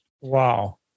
Wow